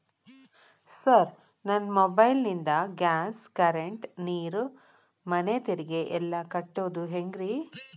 Sir ನನ್ನ mobile ನಿಂದ gas, current, ನೇರು, ಮನೆ ತೆರಿಗೆ ಎಲ್ಲಾ ಕಟ್ಟೋದು ಹೆಂಗ್ರಿ?